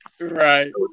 Right